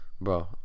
Bro